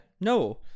No